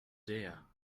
dear